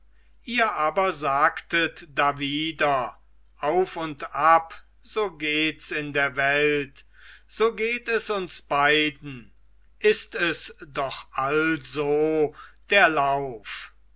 ihr aber sagtet dawider auf und ab so gehts in der welt so geht es uns beiden ist es doch also der lauf